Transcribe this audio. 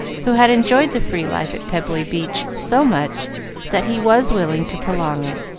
who had enjoyed the free life at pebbly beach so much that he was willing to prolong it.